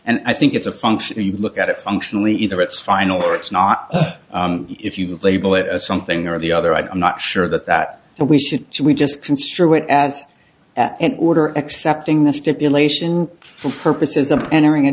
and i think it's a function if you look at it functionally either it's final or it's not if you label it as something or the other i'm not sure that that we should just construe it as an order accepting the stipulation for purposes of entering a